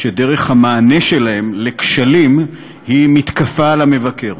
שדרך המענה שלהם על הכשלים היא מתקפה על המבקר.